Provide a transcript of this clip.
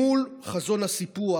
מול חזון הסיפוח,